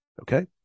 Okay